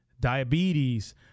diabetes